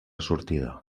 sortida